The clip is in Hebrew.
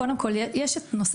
יש מטרה